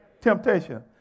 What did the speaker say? temptation